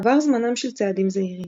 עבר זמנם של צעדים זהירים.